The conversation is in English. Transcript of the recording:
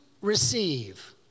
receive